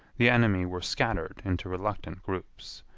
the enemy were scattered into reluctant groups.